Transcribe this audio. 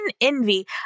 envy